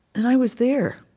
and i was there,